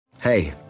Hey